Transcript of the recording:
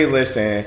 listen